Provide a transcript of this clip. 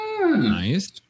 Nice